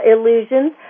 illusions